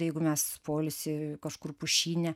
jeigu mes poilsį kažkur pušyne